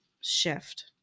shift